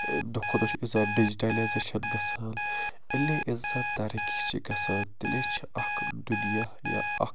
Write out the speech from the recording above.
دۄہ کھوتہٕ دۄہ چھِ اِنسان ڈِجٹیلایزیشَن گژھان ییٚلِی اِنسان ترقی چھِ گژھان تیٚلی چھِ اَکھ دُنیا یا اکھ